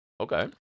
Okay